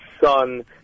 son